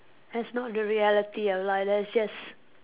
that's not the reality of life that's just